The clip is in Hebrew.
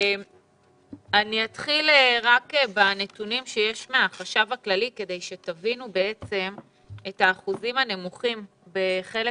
אני אתחיל בנתונים שיש מהחשב הכללי כדי שתבינו את האחוזים הנמוכים בחלק